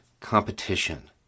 competition